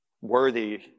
worthy